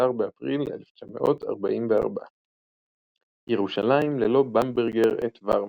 12 באפריל 1944 ירושלים ללא במברגר את וואהרמן,